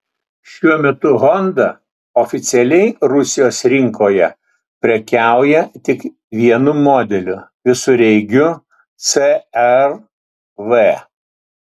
šiuo metu honda oficialiai rusijos rinkoje prekiauja tik vienu modeliu visureigiu cr v